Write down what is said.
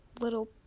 little